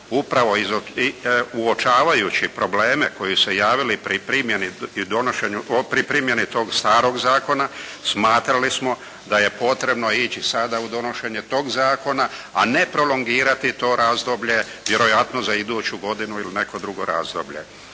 Upravo i uočavajući probleme koji su se javili pri primjeni tog starog zakona smatrali smo da je potrebno ići sada u donošenje tog zakona, a ne prolongirati to razdoblje vjerojatno za iduću godinu ili neko drugo razdoblje.